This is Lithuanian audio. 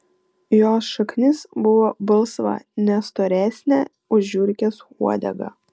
jos šaknis buvo balsva ne storesnė už žiurkės uodegą